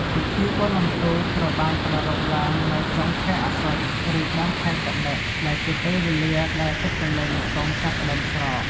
ពិធីបុណ្យអុំទូក ត្រូវបានប្រារព្ធឡើងនៅចុងខែអស្សុជ ឬដើមខែកត្តិក ដែលជាពេលវេលាដែលទឹកទន្លេមេគង្គចាប់ផ្តើមស្រក។